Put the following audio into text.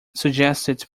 suggested